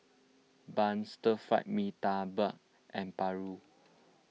Bun Stir Fried Mee Tai Mak and Paru